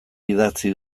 idatzi